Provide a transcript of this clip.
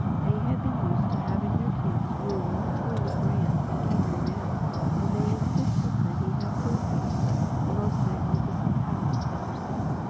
they had been used to having their kings rule in a truly grand and kingly manner and they insisted that he have built for himself the most magnificent palace ever seen.